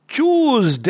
Choose